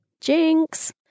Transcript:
Jinx